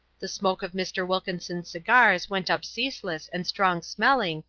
the smoke of mr. wilkinson's cigars went up ceaseless and strong smelling,